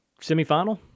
semifinal